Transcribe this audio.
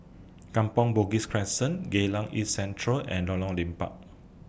Kampong Bugis Crescent Geylang East Central and Lorong Liput